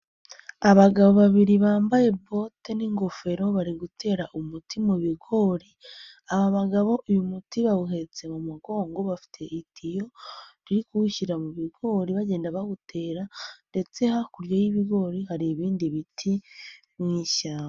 Abagabo babiri bambaye bote n'ingofero, bari gutera umuti mu bigori, aba bagabo uyu muti bawuhetse mu mugongo, bafite itityo riri kuwushyira mu bigori bagenda bawutera ndetse hakurya y'ibigori hari ibindi biti mu ishyamba.